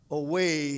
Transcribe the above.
away